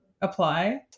apply